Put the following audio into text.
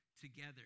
together